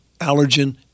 allergen